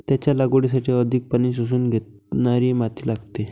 त्याच्या लागवडीसाठी अधिक पाणी शोषून घेणारी माती लागते